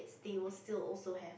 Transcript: they will still also have